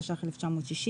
הת"ך-1960,